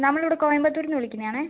നമ്മളിവിടെ കോയമ്പത്തൂരിന്ന് വിളിക്കുന്നത് ആണ്